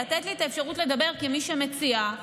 לתת לי את האפשרות לדבר כמי שמציעה,